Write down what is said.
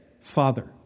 Father